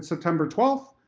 september twelfth,